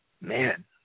man